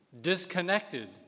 disconnected